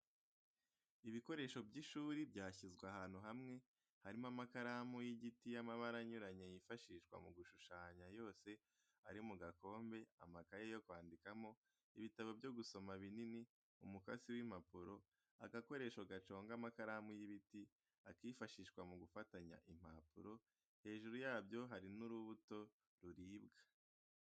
Ibikoresho by'ishuri byashyizwe ahantu hamwe harimo amakaramu y'igiti y'amabara anyuranye yifashishwa mu gushushanya yose ari mu gakombe, amakaye yo kwandikamo, ibitabo byo gusoma binini, umukasi w'impapuro, agakoresho gaconga amakaramu y'ibiti, akifashishwa mu gufatanya impapuro, hejuru yabyo hari n'urubuto ruribwa.